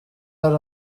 hari